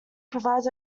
provides